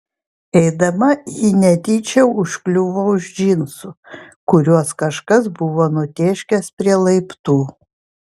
eidama ji netyčia užkliuvo už džinsų kuriuos kažkas buvo nutėškęs prie laiptų